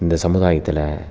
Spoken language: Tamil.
இந்த சமூதாயத்தில்